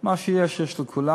מה שיש יש לכולם.